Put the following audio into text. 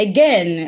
Again